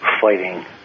fighting